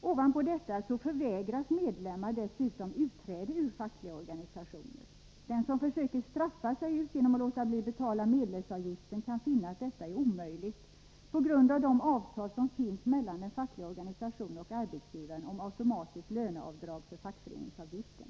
Ovanpå detta förvägras medlemmar utträde ur fackliga organisationer. Den som försöker straffa sig ut genom att låta bli att betala medlemsavgiften kan finna att detta är omöjligt på grund av de avtal som finns mellan den fackliga organisationen och arbetsgivaren om automatiskt löneavdrag för fackföreningsavgiften.